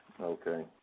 Okay